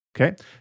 okay